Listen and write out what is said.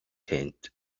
tent